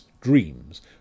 dreams